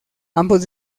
ambos